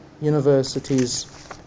universities